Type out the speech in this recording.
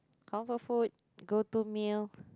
comfort food go to meal